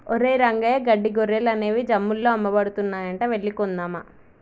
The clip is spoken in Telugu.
ఒరేయ్ రంగయ్య గడ్డి గొర్రెలు అనేవి జమ్ముల్లో అమ్మబడుతున్నాయంట వెళ్లి కొందామా